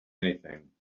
anything